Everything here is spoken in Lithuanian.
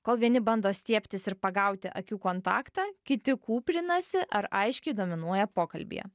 kol vieni bando stiebtis ir pagauti akių kontaktą kiti kūprinasi ar aiškiai dominuoja pokalbyje